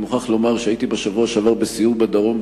אני מוכרח לומר שהייתי בשבוע שעבר בסיור בדרום,